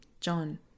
John